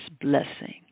blessing